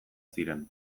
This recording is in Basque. ziren